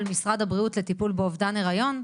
משרד הבריאות לטיפול באובדן היריון,